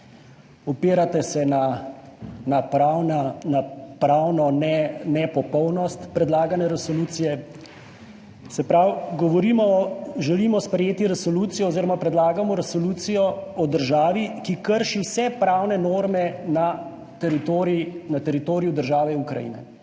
pravno, na pravno nepopolnost predlagane resolucije. Se pravi, govorimo o, želimo sprejeti resolucijo oziroma predlagamo resolucijo o državi, ki krši vse pravne norme na teritorij, na teritoriju